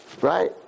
right